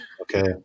Okay